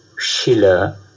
Schiller